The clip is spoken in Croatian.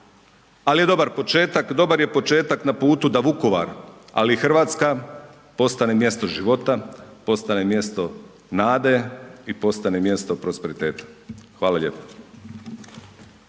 ali je dobar početak, dobar je početak na putu da Vukovar, ali i Hrvatska postane mjesto života, postane mjesto nade i postane mjesto prosperiteta. Hvala lijepo.